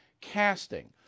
casting